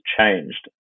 changed